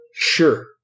Sure